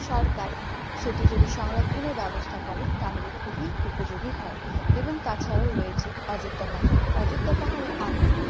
সরকার সেটি যদি সংরক্ষণের ব্যবস্থা করে তাহলে খুবই উপযোগী হয় এবং তাছাড়াও রয়েছে অযোধ্যা পাহাড় অযোধ্যা পাহাড়ে আগে